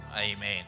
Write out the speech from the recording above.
Amen